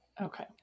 Okay